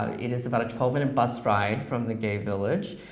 it is about a twelve minute bus ride from the gay village,